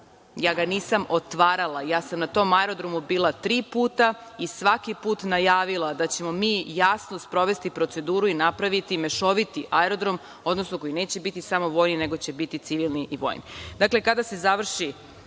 ja ga nisam otvarala, ja sam na tom aerodromu bila tri puta i svaki put najavila da ćemo mi jasno sprovesti proceduru i napraviti mešoviti aerodrom odnosno koji neće biti samo vojni, nego će biti civilni i vojni. Dakle,